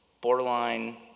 borderline